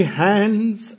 hands